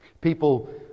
People